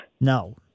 No